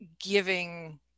giving